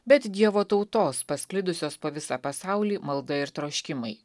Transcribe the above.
bet dievo tautos pasklidusios po visą pasaulį malda ir troškimai